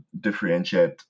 differentiate